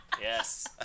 Yes